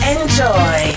Enjoy